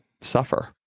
suffer